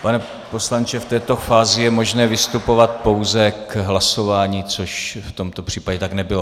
Pane poslanče, v této fázi je možné vystupovat pouze k hlasování, což v tomto případě tak nebylo.